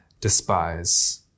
despise